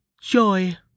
Joy